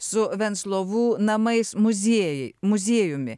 su venclovų namais muziejai muziejumi